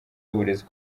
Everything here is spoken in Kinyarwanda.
y’uburezi